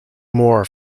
more